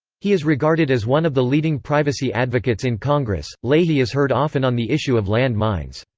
he is regarded as one of the leading privacy advocates in congress leahy is heard often on the issue of land mines.